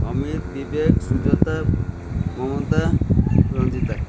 Amir Bibek Sujata Mamata Ranjita